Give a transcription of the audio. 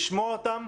לשמוע אותם,